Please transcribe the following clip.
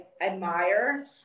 admire